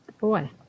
boy